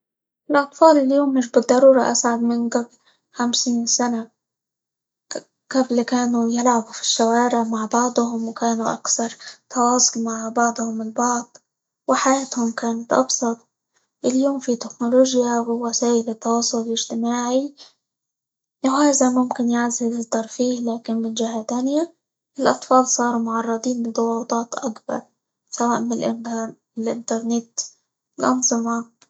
الأطفال اليوم مش بالضرورة أسعد من قبل خمسين سنة، -ق- قبل كانوا يلعبوا في الشوارع مع بعضهم، وكانوا أكثر تواصل مع بعضهم البعض، وحياتهم كانت أبسط، اليوم فيه تكنولوجيا، ووسايل التواصل الإجتماعي، وهذا ممكن يعزز الترفيه لكن من جهة تانية، الأطفال صاروا معرضين لضغوطات أكبر، سواء من -ال- الإنترنت، الأنظمة.